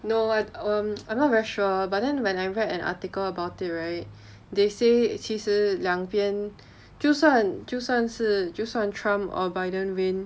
no uh um I'm not very sure but then when I read an article about it right they say 其实两边就算就算是就算 trump or biden win